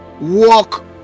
walk